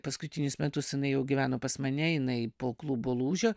paskutinius metus jinai jau gyveno pas mane jinai po klubo lūžio